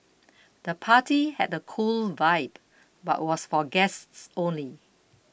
the party had a cool vibe but was for guests only